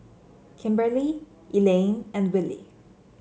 Kimberley Elayne and Willy